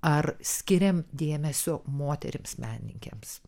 ar skiriam dėmesio moterims menininkėms